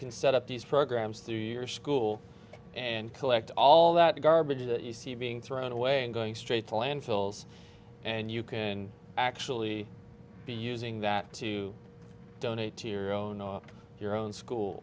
can set up these programs through your school and collect all that garbage that you see being thrown away and going straight to landfills and you can actually be using that to donate to your own your own school